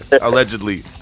Allegedly